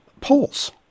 polls